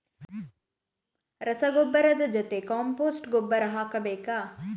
ರಸಗೊಬ್ಬರದ ಜೊತೆ ಕಾಂಪೋಸ್ಟ್ ಗೊಬ್ಬರ ಹಾಕಬೇಕಾ?